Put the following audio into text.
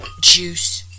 juice